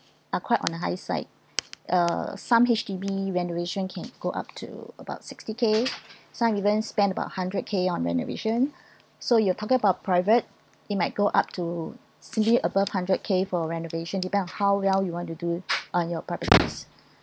are quite on a higher side uh some H_D_B renovation can go up to about sixty K some even spend about hundred K on renovation so you're talking about private it might go up to simply above hundred K for renovation depend on how well you want to do on your properties